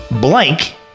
Blank